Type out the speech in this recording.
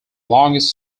longest